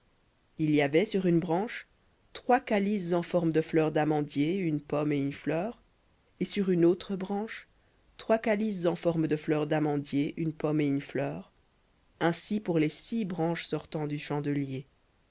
il y aura sur une branche trois calices en forme de fleur d'amandier une pomme et une fleur et sur une branche trois calices en forme de fleur d'amandier une pomme et une fleur ainsi pour les six branches sortant du chandelier